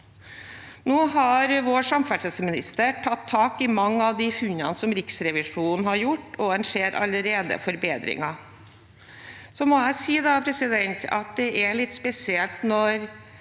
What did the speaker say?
Nå har vår samferdselsminister tatt tak i mange av de funnene Riksrevisjonen har gjort, og en ser allerede forbedringer. Jeg må si at det er litt spesielt at